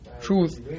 truth